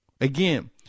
Again